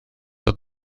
oedd